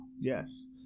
Yes